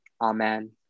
Amen